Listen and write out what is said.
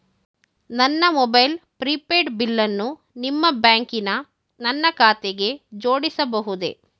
ನನ್ನ mobile prepaid ಬಿಲ್ಲನ್ನು ನಿಮ್ಮ ಬ್ಯಾಂಕಿನ ನನ್ನ ಖಾತೆಗೆ ಜೋಡಿಸಬಹುದೇ?